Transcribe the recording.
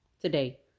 today